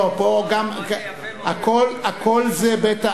פה הכול זה בית העם,